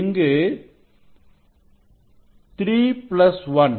இங்கு 3 பிளஸ் 1